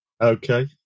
Okay